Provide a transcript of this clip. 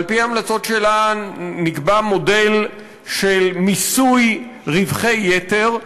על-פי ההמלצות שלה נקבע מודל של מיסוי רווחי יתר.